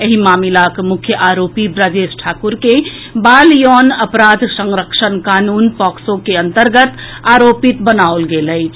एहि मामिलाक मुख्य आरोपी ब्रजेश ठाकुर के बाल यौन अपराध संरक्षण कानून पॉक्सो के अंतर्गत आरोपित बनाओल गेल अछि